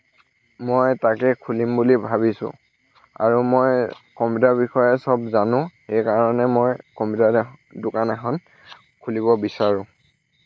মই তাকে খুলিম বুলি ভাবিছোঁ আৰু মই কম্পিউটাৰ বিষয়ে সব জানোঁ এইইকাৰণে মই কম্পিউটাৰ দোকান এখন খুলিব বিচাৰোঁ